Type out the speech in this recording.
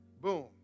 Boom